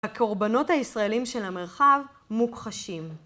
הקורבנות הישראלים של המרחב מוכחשים.